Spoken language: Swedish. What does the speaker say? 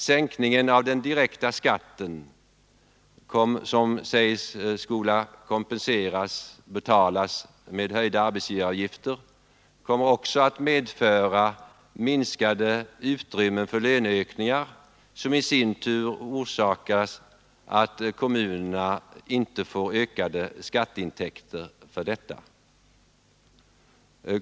Sänkningen av den direkta skatten, som sägs skola betalas med höjda arbetsgivaravgifter, kommer också att medföra minskat utrymme för löneökningar, som i sin tur orsakar att kommunerna inte får ökade skatteintäkter för dessa.